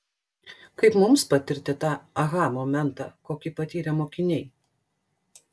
kaip mums patirti tą aha momentą kokį patyrė mokiniai